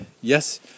yes